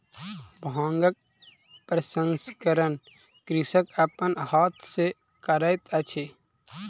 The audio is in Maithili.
भांगक प्रसंस्करण कृषक अपन हाथ सॅ करैत अछि